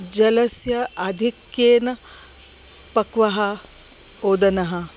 जलस्य आधिक्येन पक्वम् ओदनं